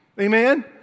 Amen